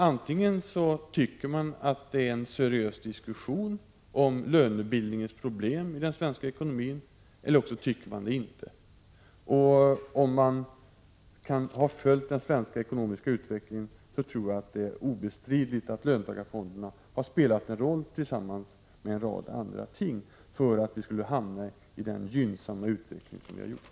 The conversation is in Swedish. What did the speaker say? Antingen tycker man att diskussionen om lönebildningsproblemen i den svenska ekonomin är seriös eller också tycker man det inte. Om man har följt den svenska ekonomiska utvecklingen tror jag det är obestridligt att man kan konstatera att löntagarfonderna har spelat en roll, tillsammans med en rad andra ting, för att vi skulle komma i åtnjutande av den gynnsamma utveckling som vi har upplevt.